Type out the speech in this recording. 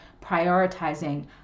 prioritizing